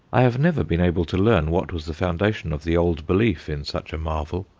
i have never been able to learn what was the foundation of the old belief in such a marvel.